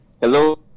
Hello